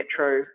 metro